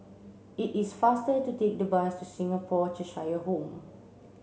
it is faster to take the bus to Singapore Cheshire Home